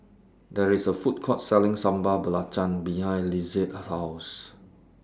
There IS A Food Court Selling Sambal Belacan behind Lizette's House